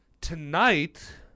Tonight